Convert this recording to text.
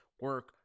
Work